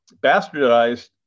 bastardized